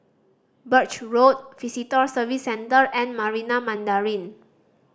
Birch Road Visitor Services Center and Marina Mandarin